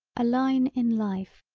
a line in life,